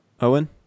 Owen